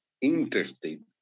interested